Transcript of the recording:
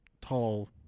tall